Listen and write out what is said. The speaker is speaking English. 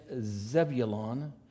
Zebulon